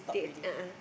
they a'ah